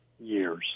years